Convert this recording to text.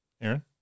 Aaron